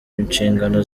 inshingano